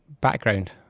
background